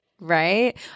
Right